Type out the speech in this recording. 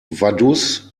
vaduz